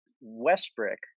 Westbrook